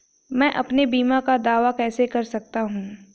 मैं अपने बीमा का दावा कैसे कर सकता हूँ?